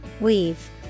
Weave